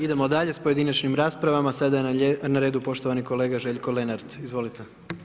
Idemo dalje s pojedinačnim raspravama, sada je na redu poštovani kolega Željko Lenart, izvolite.